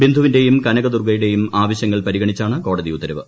ബിന്ദുവിന്റെയും കനകദുർഗ്ഗയുടേയും ആവശ്യങ്ങൾ പരിഗണിച്ചാണ് കോടതി ഉത്തരവ്